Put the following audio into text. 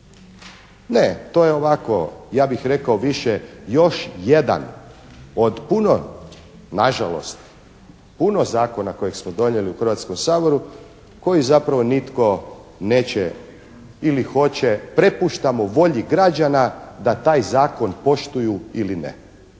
Ne, to je ovako ja bih rekao više još jedan od puno na žalost puno zakona kojeg smo donijeli u Hrvatskom saboru kojega zapravo nitko neće ili hoće, prepuštamo volji građana da taj zakon poštuju ili ne.